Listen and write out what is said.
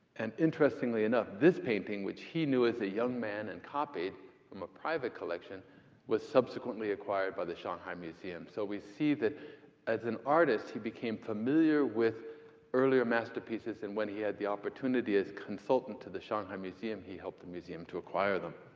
and interestingly enough, this painting which he knew as a young man and copied from a private collection was subsequently acquired by the shanghai museum. so we see that as an artist, he became familiar with earlier masterpieces. and when he had the opportunity as consultant to the shanghai museum he helped the museum to acquire them.